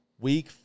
week